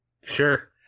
Sure